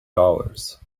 dollars